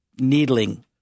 needling